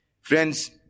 Friends